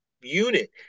unit